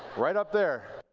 right up there.